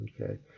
Okay